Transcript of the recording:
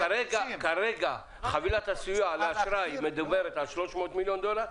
כרגע חבילת הסיוע לאשראי מדוברת על 300 מיליון דולר,